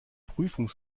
prüfung